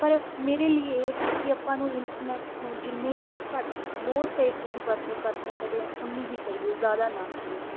ਪਰ ਮੇਰੇ ਲਈ ਇਹ ਹੈ ਕਿ ਆਪਾਂ ਨੂੰ ਇੰਟਰਨੈੱਟ ਨੂੰ ਜਿੰਨੇ ਆਪਾਂ ਘੱਟ ਲੋੜ ਪਏ 'ਤੇ ਹੀ ਵਰਤੋਂ ਕਰ ਸਕਦੇ ਹਾਂ ਉਨ੍ਹੀਂ ਹੀ ਕਰੀਏ ਜ਼ਿਆਦਾ ਨਾ ਕਰੀਏ